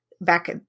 back